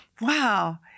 wow